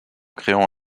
créant